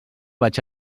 vaig